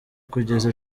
kugeza